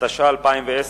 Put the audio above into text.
התש"ע 2010,